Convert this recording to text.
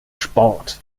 sport